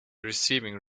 receiving